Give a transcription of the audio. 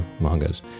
mangas